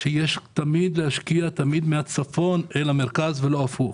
שצריך תמיד להשקיע מהצפון למרכז ולא להפך.